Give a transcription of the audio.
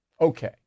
Okay